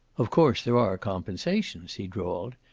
of course, there are compensations, he drawled.